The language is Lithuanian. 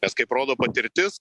nes kaip rodo patirtis